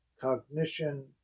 cognition